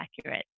accurate